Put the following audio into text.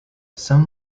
some